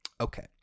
Okay